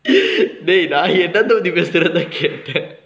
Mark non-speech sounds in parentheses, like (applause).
(breath) they riot